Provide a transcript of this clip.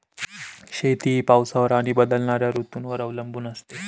शेती ही पावसावर आणि बदलणाऱ्या ऋतूंवर अवलंबून असते